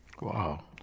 Wow